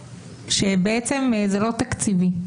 שזה לא תקציבי,